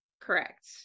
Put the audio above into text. Correct